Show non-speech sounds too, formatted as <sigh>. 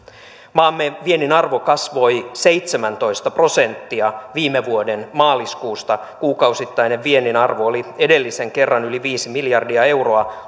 maamme viennin arvo kasvoi seitsemäntoista prosenttia viime vuoden maaliskuusta kuukausittainen viennin arvo oli edellisen kerran yli viisi miljardia euroa <unintelligible>